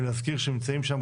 ולהזכיר שהם נמצאים שם,